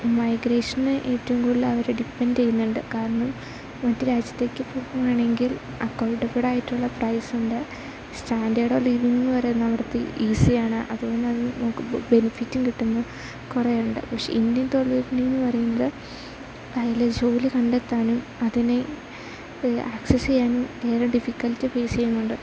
മൈഗ്രേഷന് ഏറ്റവും കൂടുതൽ അവർ ഡിപെൻഡ് ചെയ്യുന്നുണ്ട് കാരണം മറ്റു രാജ്യത്തേക്ക് പോകുകയാണെങ്കിൽ അക്കോർഡബിൾ ആയിട്ടുള്ള പ്രൈസ് ഉണ്ട് സ്റ്റാൻഡേർഡ് ഉള്ള ലിവിങ് എന്നു പറയുന്നത് അവിടുത്തത് ഈസി ആണ് അതുകൊണ്ട് നമുക്ക് ബെനിഫിറ്റും കിട്ടുന്ന കുറേയുണ്ട് പക്ഷെ ഇന്ത്യൻ തൊഴിൽ വിപണി എന്ന് പറയുന്നത് അതിൽ ജോലി കണ്ടെത്താനും അതിനെ ആക്സസ് ചെയ്യാനും ഏറെ ഡിഫിക്കൽറ്റി ഫേസ് ചെയ്യുന്നുണ്ട്